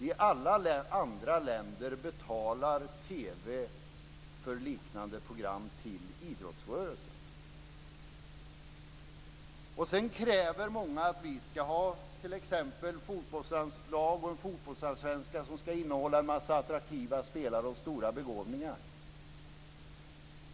I alla andra länder betalar TV-bolagen för liknande program till idrottsrörelsen. Sedan kräver många att vi t.ex. skall ha ett fotbollslandslag och en fotbollsallsvenska med en massa attraktiva spelare och stora begåvningar.